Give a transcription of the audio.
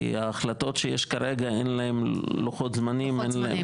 ההחלטות שיש כרגע, אין להן לוחות זמנים.